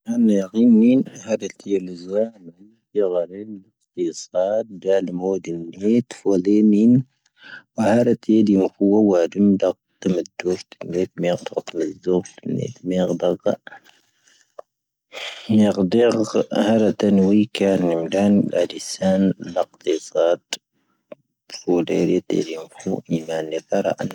ⵏⵉⵀⴻ ⵢⵉⵏ ⵡⵉⵏ ⴰⵀⴰⴷ ⵜⵉⵢⴻⵍ ⵡⴰⵣ ⴳⵀⵉⵔⴰ ⵡⵉⵍ ⵢⴻ ⵙⴰⵜ ⵎⵓⵀⴰⴷⵉⵍ ⵡⵉⵜⵣ ⵎⴰⵀⴰⵔⵜⴻ ⵢⴻⴷⵣ ⵡⴰⴷⵓⵎ ⴷⴰ ⵜⵉⵇ ⵜⵉⵎⴻⵇ ⵢⴰⵇⵍⵉ ⵎⵉⵢⴻ ⵣⵓⴼ ⵀⴰⵔ ⵎⵉⵢⴻⵜ ⴷⴰⴳⴷⴰ ⵎⵉⵢⴻⴷ ⴷⵉⴳ ⴰⵍⵍⴻ ⵜⴻⵏ ⵡⴻⵉⵇⴻⵏ ⵡⴻⵉ ⴷⴰⵏ ⵍⵉⵙⴰⵏ ⵍⴰⵇⵇⵉⵙⴰⴷ ⴼⵓⴷⴻⵔⵉⵜ ⵢⴻⵏ ⵣⵉ ⵔⴰⵜⴻ ⴰⵏⵏⴻ